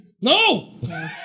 No